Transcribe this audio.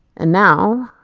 and now,